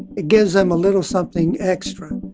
it gives them a little something extra